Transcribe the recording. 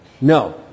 No